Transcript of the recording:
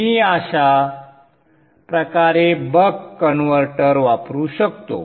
मी अशा प्रकारे buck converter वापरू शकतो